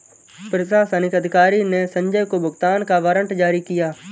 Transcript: प्रशासनिक अधिकारी ने संजय को भुगतान का वारंट जारी किया